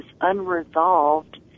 unresolved